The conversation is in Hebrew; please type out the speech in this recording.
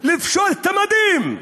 לפשוט את המדים,